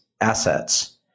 assets